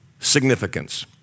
significance